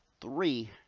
three